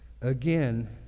again